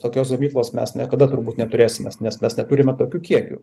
tokios gamyklos mes niekada turbūt neturėsim nes mes neturim tokių kiekių